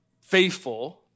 faithful